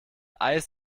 eis